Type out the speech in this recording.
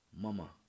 Mama